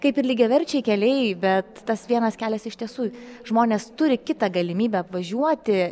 kaip ir lygiaverčiai keliai bet tas vienas kelias iš tiesų žmonės turi kitą galimybę apvažiuoti